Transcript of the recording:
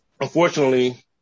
unfortunately